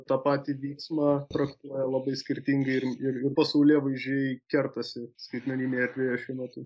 tą patį vyksmą traktuoja labai skirtingai ir ir pasaulėvaizdžiai kertasi skaitmeninėj erdvėj šiuo metu